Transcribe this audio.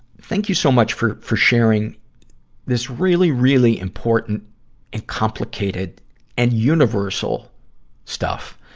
thank you so much for, for sharing this really, really important and complicated and universal stuff.